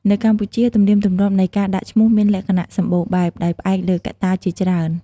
នៅកម្ពុជា ទំនៀមទម្លាប់នៃការដាក់ឈ្មោះមានលក្ខណៈសម្បូរបែប ដោយផ្អែកលើកត្តាជាច្រើន។